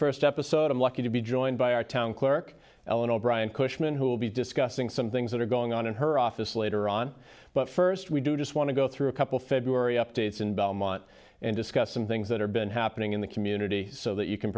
first episode i'm lucky to be joined by our town clerk ellen o'brien cushman who will be discussing some things that are going on in her office later on but first we do just want to go through a couple february updates and belmont and discuss some things that are been happening in the community so that you can